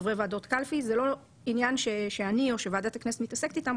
חברי ועדות קלפי זה לא עניין שאני או שוועדת הכנסת מתעסקת איתם,